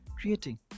creating